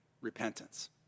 repentance